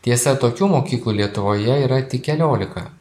tiesa tokių mokyklų lietuvoje yra tik keliolika